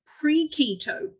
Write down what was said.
pre-keto